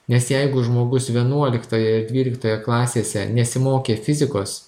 nes jeigu žmogus vienuoliktoje ir dvyliktoje klasėse nesimokė fizikos